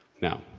now.